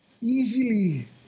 easily